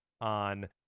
on